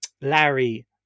larry